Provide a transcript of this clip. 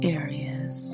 areas